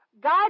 God